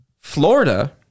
Florida